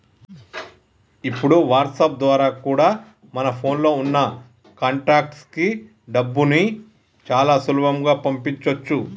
ఇప్పుడు వాట్సాప్ ద్వారా కూడా మన ఫోన్ లో ఉన్న కాంటాక్ట్స్ కి డబ్బుని చాలా సులభంగా పంపించొచ్చు